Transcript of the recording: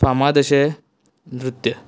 फामाद अशें नृत्य